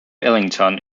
ellington